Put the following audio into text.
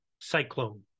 Cyclone